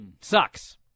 Sucks